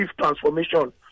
transformation